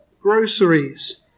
groceries